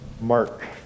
Mark